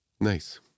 Nice